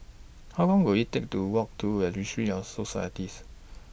How Long Will IT Take to Walk to Registry of Societies